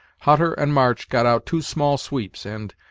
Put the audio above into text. hutter and march got out two small sweeps and,